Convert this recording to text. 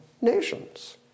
nations